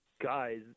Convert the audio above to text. guys